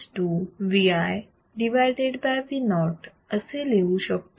आपण A equal to ViVoअसे लिहू शकतो